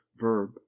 verb